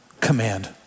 command